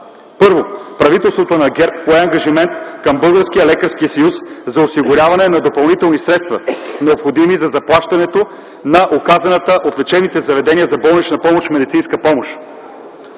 Първо, правителството на ГЕРБ пое ангажимент към Бъларския лекарски съюз за осигуряване на допълнителни средства, необходими за заплащането на оказаната от лечебните заведения за болнична помощ медицинска помощ.